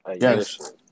Yes